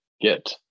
get